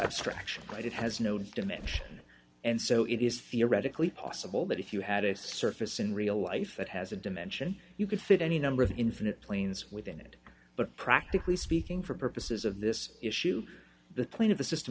abstraction right it has no dimension and so it is theoretically possible that if you had a surface in real life that has a dimension you could fit any number of infinite planes within it but practically speaking for purposes of this issue the plane of the system